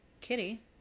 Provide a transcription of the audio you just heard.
Kitty